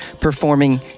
performing